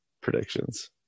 predictions